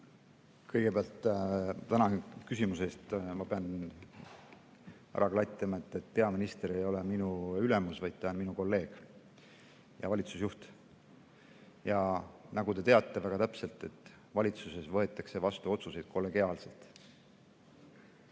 Kõigepealt tänan küsimuse eest! Ma pean ära klattima, et peaminister ei ole minu ülemus, vaid ta on minu kolleeg ja valitsusjuht. Nagu te väga täpselt teate, valitsuses võetakse otsuseid vastu kollegiaalselt.